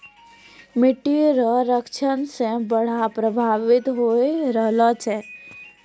मिट्टी रो क्षरण से बाढ़ प्रभावित होय रहलो छै